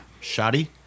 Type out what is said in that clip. Shoddy